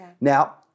now